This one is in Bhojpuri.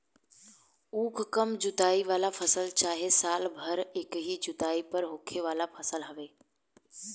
उख कम जुताई वाला फसल चाहे साल भर एकही जुताई पर होखे वाला फसल हवे